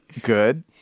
good